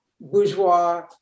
bourgeois